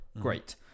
Great